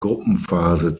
gruppenphase